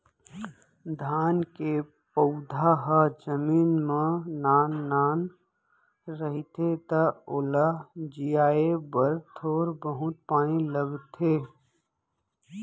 धान के पउधा ह जमीन म नान नान रहिथे त ओला जियाए बर थोर बहुत पानी लगथे